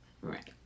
Right